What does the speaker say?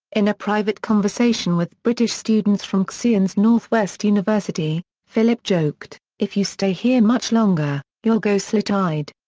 in a private conversation with british students from xian's north west university, philip joked, if you stay here much longer, you'll go slit-eyed.